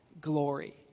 glory